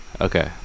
okay